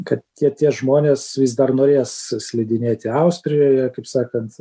kad tie tie žmonės vis dar norės slidinėti austrijoje kaip sakant